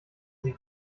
sie